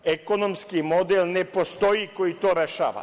Ekonomski model ne postoji koji to rešava.